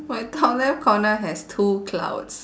my top left corner has two clouds